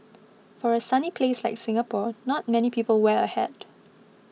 for a sunny place like Singapore not many people wear a hat